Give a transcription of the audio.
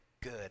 good